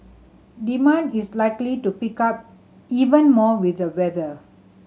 demand is likely to pick up even more with the weather